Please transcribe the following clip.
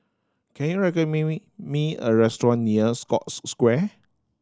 can you recommend me me a restaurant near Scotts Square